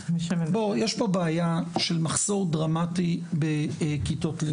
בואו יש פה בעיה של מחסור דרמטי בכיתות לימוד.